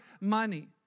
money